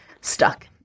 stuck